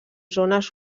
zones